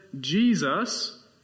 Jesus